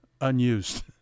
unused